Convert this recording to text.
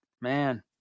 Man